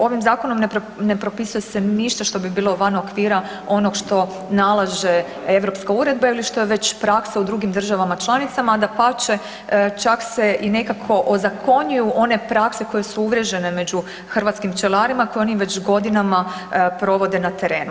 Ovim zakonom ne propisuje se ništa što bi bilo van okvira onog što nalaže europska uredba ili što je već praksa u drugim državama članicama, a dapače čak se i nekako ozakonjuju one prakse koje su uvriježene među hrvatskim pčelarima koje oni već godinama provode na terenu.